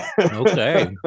Okay